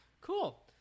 Cool